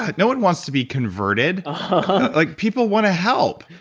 ah no one wants to be converted. and like people want to help,